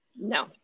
no